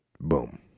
boom